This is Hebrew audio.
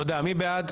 מי בעד?